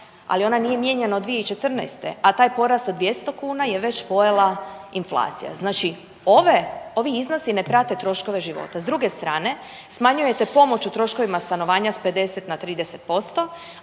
ali ona nije mijenjana od 2014., a taj porast od 200 kuna je već pojela inflacija. Znači ove, ovi iznosi ne prate troškove života. S druge strane, smanjujete pomoć u troškovima stanovanja s 50 na 30%,